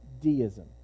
deism